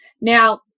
Now